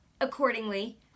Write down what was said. accordingly